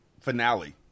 finale